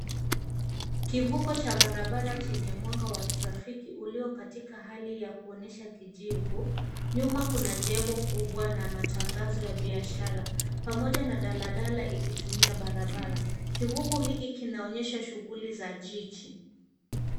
Kivuko cha barabara chenye mwanga wa trafiki ulio katika hali ya kuonyesha kijivu. Nyuma kuna jengo kubwa na matangazo ya biashara pamoja na daladala ikitumia barabara. Kivuko hiki kinaonyesha shughuli za jiji.